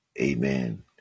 Amen